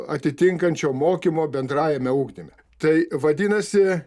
atitinkančio mokymo bendrajame ugdyme tai vadinasi